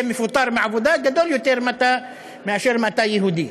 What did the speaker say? מפוטר מהעבודה גדול יותר מאשר אם אתה יהודי,